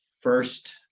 first